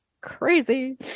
Crazy